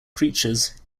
preachers